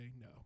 No